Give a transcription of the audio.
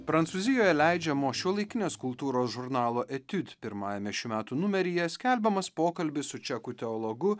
prancūzijoje leidžiamo šiuolaikinės kultūros žurnalo etudes pirmajame šių metų numeryje skelbiamas pokalbis su čekų teologu